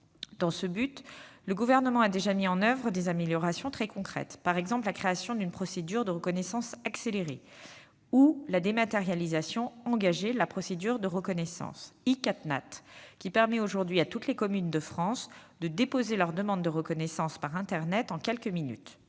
Dans ce but, il a déjà mis en oeuvre des améliorations très concrètes : par exemple, la création d'une procédure de reconnaissance accélérée ou la dématérialisation engagée de la procédure de reconnaissance, via l'application iCatNat, qui permet aujourd'hui à toutes les communes de France de déposer leur demande de reconnaissance par internet en quelques minutes.